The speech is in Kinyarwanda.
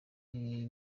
ibi